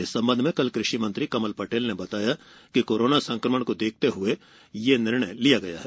इस संबंध में कल कृषि मंत्री कमल पटेल ने बताया है कि कोरोना संकट को देखते हुए यह निर्णय लिया गया है